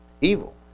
evil